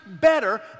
better